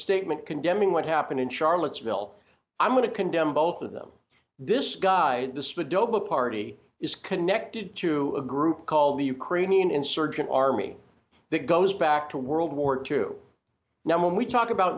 statement condemning what happened in charlottesville i'm going to condemn both of them this guy this with double party is connected to a group called the ukrainian insurgent army that goes back to world war two now when we talk about